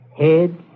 head